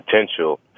potential